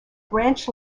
branch